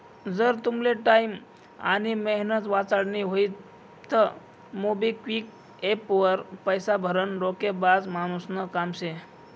जर तुमले टाईम आनी मेहनत वाचाडानी व्हयी तं मोबिक्विक एप्प वर पैसा भरनं डोकेबाज मानुसनं काम शे